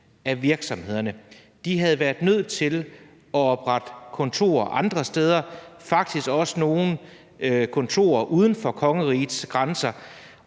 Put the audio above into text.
af virksomhederne havde været nødt til at oprette kontorer andre steder, ja, faktisk også nogle uden for kongerigets grænser,